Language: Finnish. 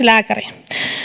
lääkäriin